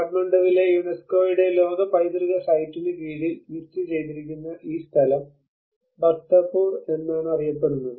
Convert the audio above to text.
കാഠ്മണ്ഡുവിലെ യുനെസ്കോയുടെ ലോക പൈതൃക സൈറ്റിന് കീഴിൽ ലിസ്റ്റുചെയ്തിരിക്കുന്ന ഈ സ്ഥലം ഭക്തപൂർ എന്നാണ് അറിയപ്പെടുന്നത്